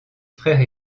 frères